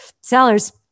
sellers